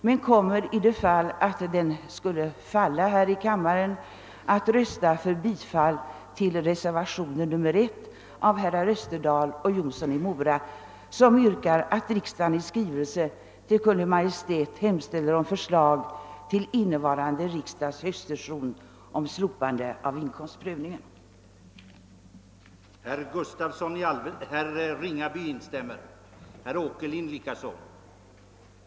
För den händelse att den faller här i kammaren kommer jag att rösta för reservationen I av herrar Österdahl och Jonsson i Mora, i vilken yrkas att riksdagen i skrivelse till Kungl. Maj:t hemställer om förslag till innevarande riksdags höstsession om slopande av inkomstprövningen när det gäller änkepension i övergångsfallen.